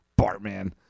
Bartman